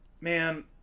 man